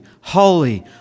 holy